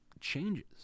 changes